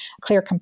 clear